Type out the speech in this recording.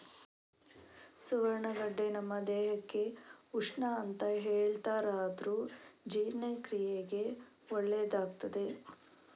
ಸುವರ್ಣಗಡ್ಡೆ ನಮ್ಮ ದೇಹಕ್ಕೆ ಉಷ್ಣ ಅಂತ ಹೇಳ್ತಾರಾದ್ರೂ ಜೀರ್ಣಕ್ರಿಯೆಗೆ ಒಳ್ಳೇದಾಗ್ತದೆ